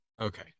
Okay